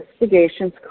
investigations